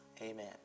Amen